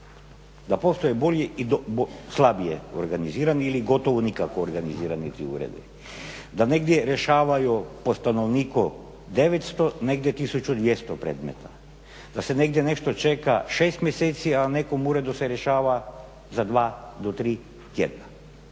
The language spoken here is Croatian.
da postoje bolji i slabije organizirani ili gotovo nikako organizirani ti uredi. Da negdje rješavaju po stanovniku 900, negdje 1200 predmeta, da se negdje nešto čeka 6000 mjeseci, a u nekom uredu se rješava za 2 do 3 tjedna.